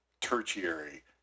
tertiary